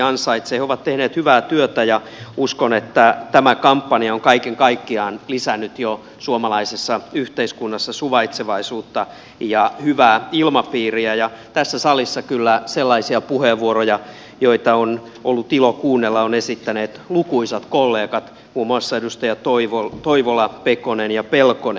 he ovat tehneet hyvää työtä ja uskon että tämä kampanja on kaiken kaikkiaan jo lisännyt suomalaisessa yhteiskunnassa suvaitsevaisuutta ja hyvää ilmapiiriä ja tässä salissa kyllä sellaisia puheenvuoroja joita on ollut ilo kuunnella ovat esittäneet lukuisat kollegat muun muassa edustajat toivola pekonen ja pelkonen